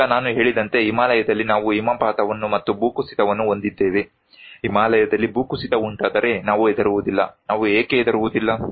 ಈಗ ನಾನು ಹೇಳಿದಂತೆ ಹಿಮಾಲಯದಲ್ಲಿ ನಾವು ಹಿಮಪಾತವನ್ನು ಮತ್ತು ಭೂಕುಸಿತವನ್ನು ಹೊಂದಿದ್ದೇವೆ ಹಿಮಾಲಯದಲ್ಲಿ ಭೂಕುಸಿತ ಉಂಟಾದರೆ ನಾವು ಹೆದರುವುದಿಲ್ಲ ನಾವು ಏಕೆ ಹೆದರುವುದಿಲ್ಲ